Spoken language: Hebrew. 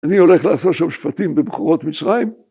אני הולך לעשות שם שפטים בבחורות מצרים?